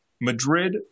Madrid